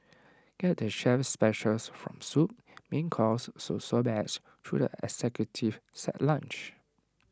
get the chef's specials from soup main course to sorbets through the executive set lunch